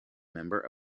member